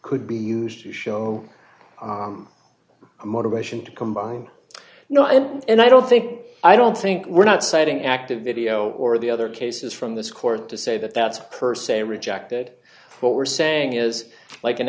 could be used to show a motivation to combine no and i don't think i don't think we're not citing active video or the other cases from this court to say that that's per se rejected what we're saying is like an